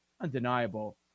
undeniable